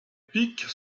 pic